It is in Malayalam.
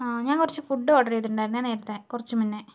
ആ ഞാൻ കുറച്ചു ഫുഡ് ഓർഡർ ചെയ്തിട്ടുണ്ടായിന്നേ നേരത്തെ കുറച്ചു മുന്നേ